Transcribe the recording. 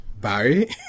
Barry